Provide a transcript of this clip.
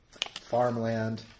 farmland